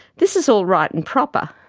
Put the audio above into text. this is all right and proper,